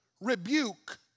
rebuke